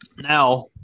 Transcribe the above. now